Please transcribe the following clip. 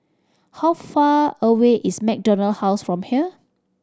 how far away is MacDonald House from here